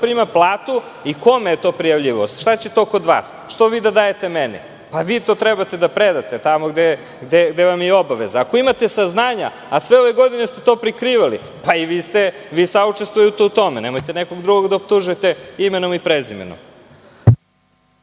prima platu i kome je to prijavljivao? Šta će to kod vas? Što vi da dajete meni? Vi to treba da predate, tamo gde vam je i obaveza. Ako imate saznanja, a sve ove godine ste to prikrivali, vi saučestvujete u tome. Nemojte nekog drugog da optužujete imenom i prezimenom.